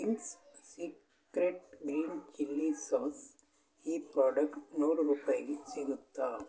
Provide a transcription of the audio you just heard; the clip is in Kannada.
Ching's secret green chilli sauce ಈ ಪ್ರಾಡಕ್ಟ್ ನೂರು ರೂಪಾಯಿಗೆ ಸಿಗುತ್ತಾ